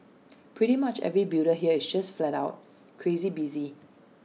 pretty much every builder here is just flat out crazy busy